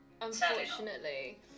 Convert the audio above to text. unfortunately